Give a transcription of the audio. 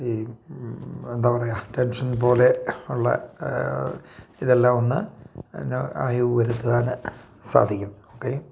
ഈ എന്താ പറയാ ടെൻഷൻ പോലെ ഉള്ള ഇതെല്ലാം ഒന്ന് എന്നാ ആയി വരുത്തുവാൻ സാധിക്കും ഓക്കെ